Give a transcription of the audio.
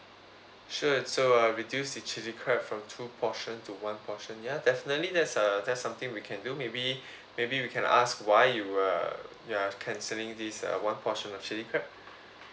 sure so uh reduce the chilli crab from two portion to one portion ya definitely that's uh that's something we can do maybe maybe we can ask why you're you are cancelling this uh one portion of chilli crab